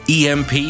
EMP